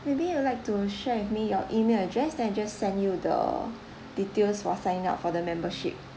maybe you would like to share with me your email address then I just send you the details for sign up for the membership